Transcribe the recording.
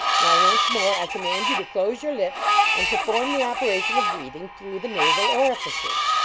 now, once more, i command you to close your lips and perform the operation of breathing through the nasal orifices.